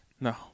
No